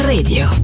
Radio